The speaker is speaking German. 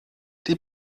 die